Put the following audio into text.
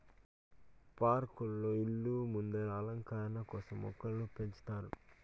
పార్కులలో, ఇళ్ళ ముందర అలంకరణ కోసం మొక్కలను పెంచుతారు